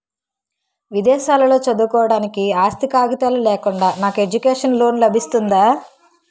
విదేశాలలో చదువుకోవడానికి ఆస్తి కాగితాలు లేకుండా నాకు ఎడ్యుకేషన్ లోన్ లబిస్తుందా?